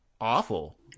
awful